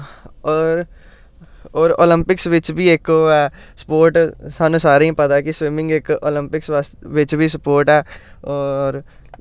होर होर ओलंपिक्स बिच्च बी इक ओह् ऐ स्पोर्ट सानू सारें पता कि स्विमिंग इक ओलंपिक्स बिच्च बी स्पोर्ट ऐ होर